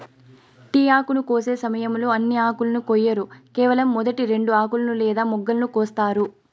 tea ఆకును కోసే సమయంలో అన్ని ఆకులను కొయ్యరు కేవలం మొదటి రెండు ఆకులను లేదా మొగ్గలను కోస్తారు